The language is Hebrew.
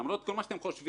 למרות כל מה שאתם חושבים.